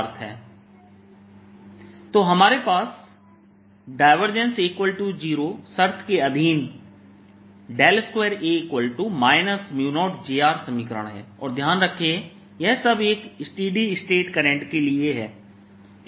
AB AB0j A को चुनने की स्वतंत्रता AA0 2A 0j तो हमारे पास A0 शर्त के अधीन 2A 0j समीकरण है और ध्यान रखें कि यह सब एक स्टेडी स्टेट करंट के लिए है